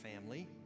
family